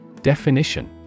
Definition